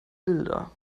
bilder